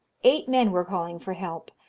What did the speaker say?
eight men were calling for help,